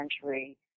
century